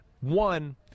One